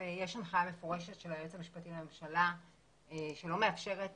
יש הנחיה מפורשת של היועץ המשפטי לממשלה שלא מאפשרת